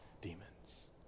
demons